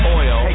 oil